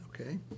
okay